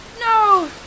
No